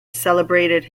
celebrated